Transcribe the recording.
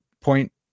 point